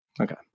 Okay